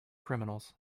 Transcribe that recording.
criminals